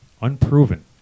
unproven